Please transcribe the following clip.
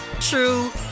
true